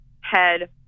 head